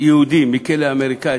יהודי מכלא אמריקני,